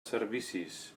servicis